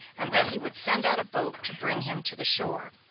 and that he would send out a boat to bring him to the shore.